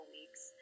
weeks